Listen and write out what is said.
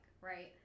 right